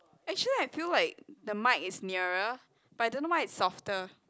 actually I feel like the mic is nearer but I don't know why it's softer